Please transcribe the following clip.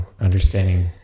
understanding